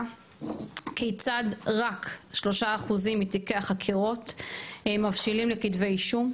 כיצד רק 3% מתיקי החקירות מבשילים לכתבי אישום.